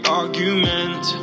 argument